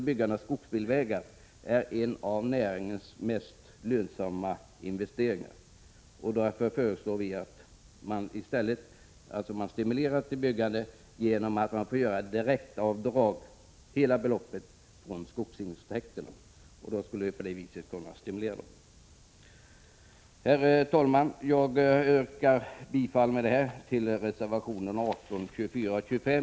Byggandet av skogsbilvägar är en av näringens mest lönsamma investeringar. Vi föreslår i stället att byggandet av skogsbilvägar stimuleras genom att skogsägaren får göra ett direktavdrag från skogsintäkten med hela investeringsbeloppet. Herr talman! Med det anförda yrkar jag bifall till reservationerna 18, 24 och 25.